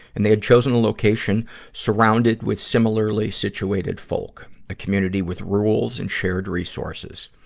and they had chosen a location surrounded with similarly situated folk a community with rules and shared resources.